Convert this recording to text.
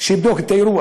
שיבדוק את האירוע